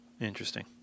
Interesting